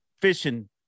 fishing